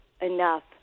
enough